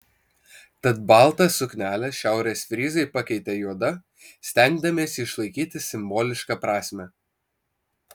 tad baltą suknelę šiaurės fryzai pakeitė juoda stengdamiesi išlaikyti simbolišką prasmę